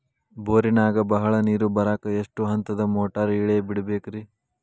ಬೋರಿನಾಗ ಬಹಳ ನೇರು ಬರಾಕ ಎಷ್ಟು ಹಂತದ ಮೋಟಾರ್ ಇಳೆ ಬಿಡಬೇಕು ರಿ?